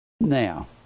Now